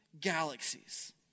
galaxies